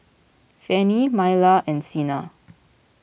Fanny Myla and Cena